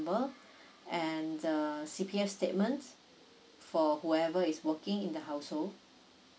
member and err C_P_F statements for whoever is working in the household